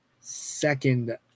second